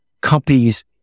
companies